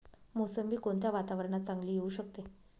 मोसंबी कोणत्या वातावरणात चांगली येऊ शकते?